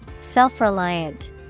Self-reliant